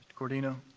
corradino?